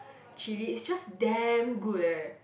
chilli is just damn good eh